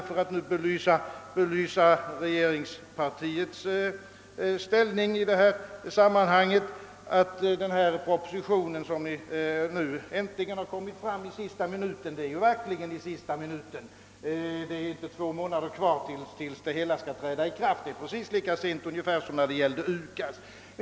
För att belysa regeringspartiets handläggning i detta sammanhang vill jag påpeka, att propositionen har lagts fram i sista minuten — det är inte ens två månader kvar tills reformen skall träda i kraft. Det är nästan samma sak som när det gällde UKAS.